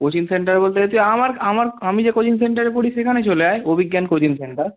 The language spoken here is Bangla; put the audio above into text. কোচিং সেন্টার বলতে গেছি আমার আমার আমি যে কোচিং সেন্টারে পড়ি সেখান চলে আয় অভিজ্ঞান কোচিং সেন্টার